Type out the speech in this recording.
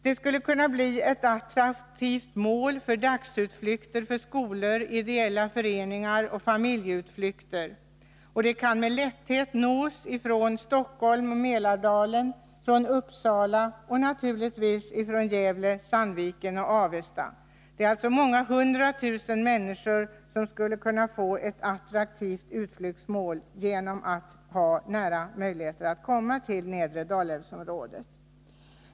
Det skulle kunna bli ett attraktivt mål för dagsutflykter för skolor, ideella föreningar och familjeutflykter, och det kan lätt nås från Stockholm och Mälardalen, från Uppsala och naturligtvis från Gävle, Sandviken och Avesta. Det är alltså många hundra tusen människor som skulle kunna få ett attraktivt utflyktsmål genom att få möjlighet att lätt komma till nedre Dalälvsområdet.